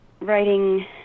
writing